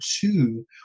two